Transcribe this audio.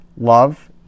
love